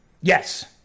Yes